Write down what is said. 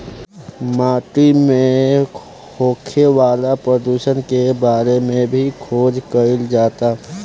माटी में होखे वाला प्रदुषण के बारे में भी खोज कईल जाता